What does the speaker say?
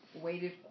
waited